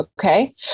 okay